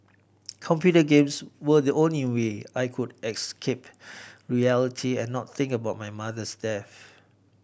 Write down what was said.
computer games were the only way I could escape reality and not think about my mother's death